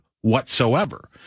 whatsoever